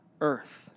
earth